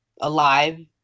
alive